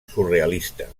surrealista